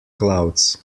clouds